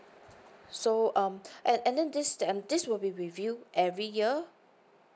so um and and then this then um this will be reviewed every year